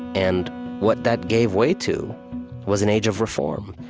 and what that gave way to was an age of reform.